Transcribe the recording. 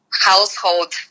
household